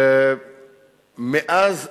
מאז 1980,